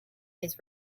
his